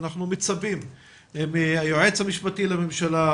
אנחנו מצפים מהיועץ המשפטי לממשלה,